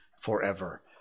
forever